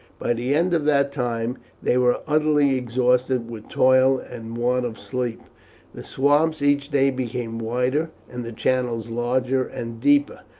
by the end of that time they were utterly exhausted with toil and want of sleep the swamps each day became wider, and the channels larger and deeper.